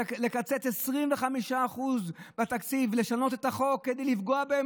לקצץ 25% מהתקציב ולשנות את החוק כדי לפגוע בהם?